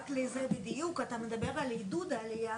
אתה מדבר על עידוד עלייה,